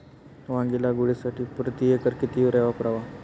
वांगी लागवडीसाठी प्रति एकर किती युरिया वापरावा?